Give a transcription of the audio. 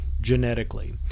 genetically